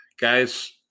Guys